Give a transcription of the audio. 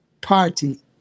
party